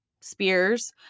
Spears